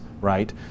right